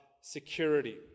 security